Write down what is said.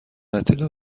اطلاع